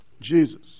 Jesus